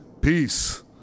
peace